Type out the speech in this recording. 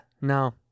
no